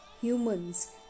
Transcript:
humans